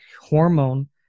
hormone